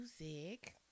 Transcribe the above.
music